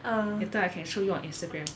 um